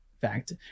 fact